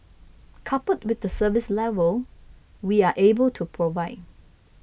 coupled with the service level we are able to provide